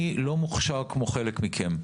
אני לא מוכשר כמו חלק מכם.